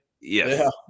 Yes